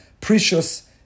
precious